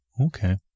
Okay